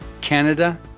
Canada